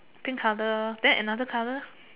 pink colour then another colour